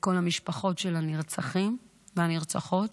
לכל המשפחות של הנרצחים והנרצחות,